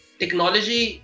technology